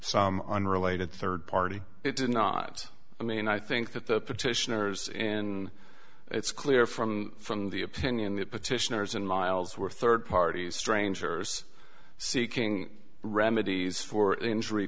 some unrelated third party it did not i mean i think that the petitioners in it's clear from from the opinion that petitioners in miles were third parties strangers seeking remedies for injury